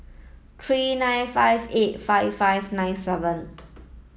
three nine five eight five five nine seven